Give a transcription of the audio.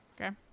Okay